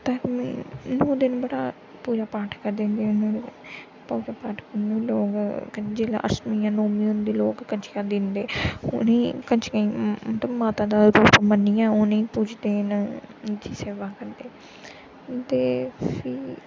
नौ दिन बड़ा पूजा पाठ करदे न पूजा पाठ लोग जेल्लै अष्टमी जां नौमीं होंदी लोक कजकां दिंदे उ'नें ई गी कजकें ई मतलब माता दा रूप मन्नियै उ'नें गी तुस पूजदे न उं'दी सेवा करदे ते फ्ही